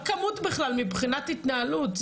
מה הכמות בכלל מבחינת התנהלות?